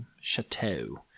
Chateau